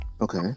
Okay